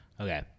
okay